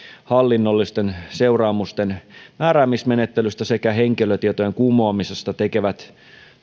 hallinnollisten seuraamusten määräämismenettelystä sekä henkilötietolain kumoamisesta tekemät